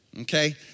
Okay